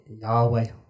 Yahweh